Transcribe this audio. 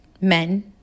men